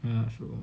ya true